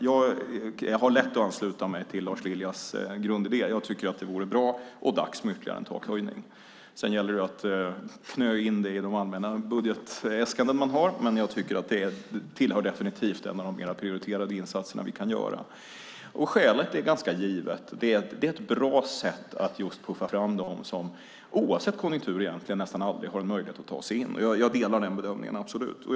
Jag har lätt att ansluta mig till Lars Liljas grundidé. Jag tycker att det vore bra med och dags för ytterligare en takhöjning. Sedan gäller det att "knö" in det i de allmänna budgetäskanden man har, men jag tycker att det definitivt hör till en av de mer prioriterade insatserna vi kan göra. Skälet är ganska givet: Det är ett bra sätt att puffa fram dem som oavsett konjunktur nästan aldrig har möjlighet att ta sig in på arbetsmarknaden. Jag delar absolut den bedömningen.